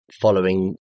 following